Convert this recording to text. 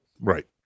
Right